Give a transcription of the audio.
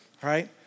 right